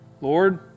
Lord